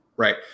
Right